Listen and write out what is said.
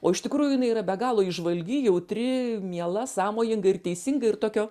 o iš tikrųjų jinai yra be galo įžvalgi jautri miela sąmojinga ir teisinga ir tokio